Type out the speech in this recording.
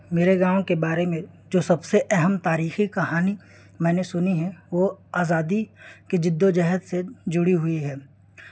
میرے گاؤں کے بارے میں جو سب سے اہم تاریخی کہانی میں نے سنی ہے وہ آزادی کی جد و جہد سے جڑی ہوئی ہے